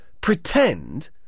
pretend